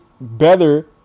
better